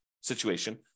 situation